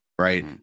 right